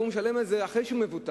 והוא משלם על זה אחרי שהוא מבוטח,